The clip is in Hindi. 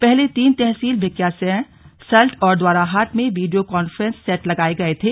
पहले तीन तहसील भिकियासेंग सल्ट और द्वाराहाट में वीडियो कॉन्फ्रेंस सेट लगाए गए थे